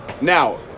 Now